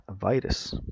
virus